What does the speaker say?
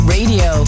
Radio